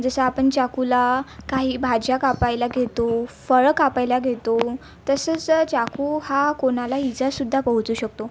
जसं आपण चाकूला काही भाज्या कापायला घेतो फळं कापायला घेतो तसेच चाकू हा कोणालाही इजासुद्धा पोहोचू शकतो